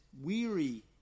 weary